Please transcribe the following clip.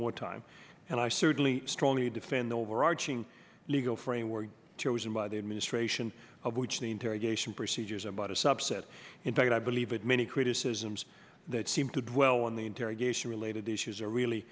wartime and i certainly strongly defend the overarching legal framework chosen by the administration of which the interrogation procedures about a subset in fact i believe but many criticisms that seem to dwell on the interrogation related issues are really